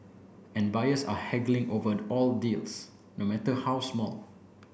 and buyers are haggling over all deals no matter how small